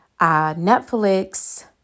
Netflix